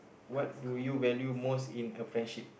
what do you value most in a friendship